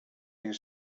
you